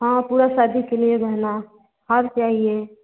हाँ पूरा शादी के लिए गहना हार चाहिए